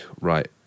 right